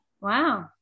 Wow